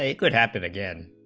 ah could happen again